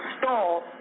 stall